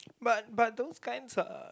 but but those kinds are